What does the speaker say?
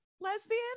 lesbian